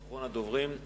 אחרון הדוברים,